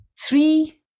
three